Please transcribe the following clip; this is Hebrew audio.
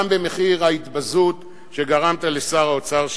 גם במחיר ההתבזות שגרמת לשר האוצר שלך.